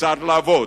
כיצד לעבוד,